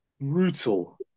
brutal